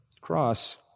cross